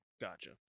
Gotcha